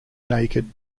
naked